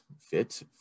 fit